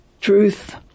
truth